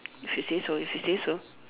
if you say so if you say so